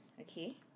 Okay